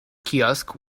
kiosk